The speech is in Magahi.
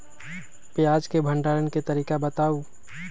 प्याज के भंडारण के तरीका बताऊ?